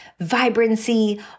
vibrancy